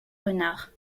renards